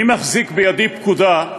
אני מחזיק בידי פקודה,